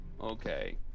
Okay